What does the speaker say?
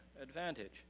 advantage